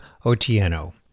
Otieno